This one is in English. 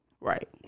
Right